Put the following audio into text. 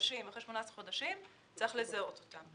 אחרי 18 חודשים צריך לזהות לקוחות חדשים.